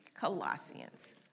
Colossians